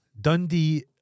Dundee